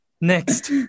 Next